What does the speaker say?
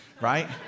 right